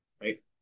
right